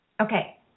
Okay